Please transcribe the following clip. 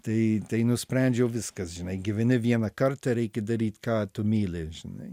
tai tai nusprendžiau viskas žinai gyveni vieną kartą reikia daryt ką tu myli žinai